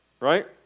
right